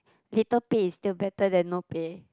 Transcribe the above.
little pay is still better than no pay